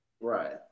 Right